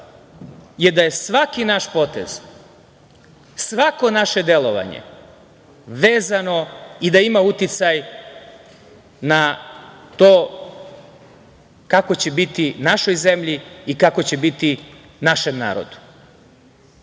jeste da je svaki naš potez, svako naše delovanje, vezano i da ima uticaj na to kako će biti našoj zemlji i kako će biti našem narodu. Moje